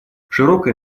широкое